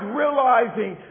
realizing